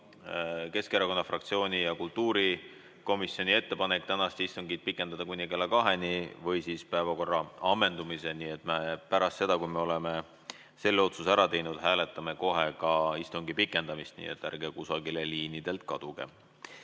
Keskerakonna fraktsiooni ja kultuurikomisjoni ettepanek tänast istungit pikendada kuni kella kaheni või päevakorra ammendumiseni. Pärast seda, kui me oleme selle otsuse ära teinud, hääletame kohe ka istungi pikendamist, nii et ärge liinidelt kusagile